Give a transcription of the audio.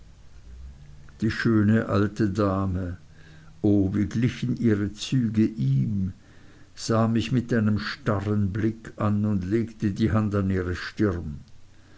die schöne alte dame o wie glichen ihre züge ihm sah mich mit einem starren blick an und legte die hand an ihre stirn